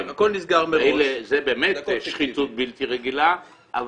זו באמת שחיתות בלתי רגילה,